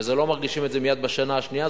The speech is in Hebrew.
ולא מרגישים את זה מייד בשנה השנייה.